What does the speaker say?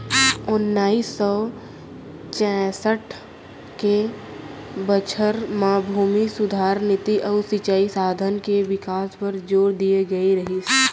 ओन्नाइस सौ चैंसठ के बछर म भूमि सुधार नीति अउ सिंचई साधन के बिकास बर जोर दिए गए रहिस